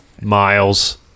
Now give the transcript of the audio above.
Miles